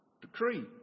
decree